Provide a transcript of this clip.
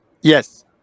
Yes